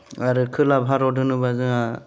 आरो खोला भारत होनोबा जोङा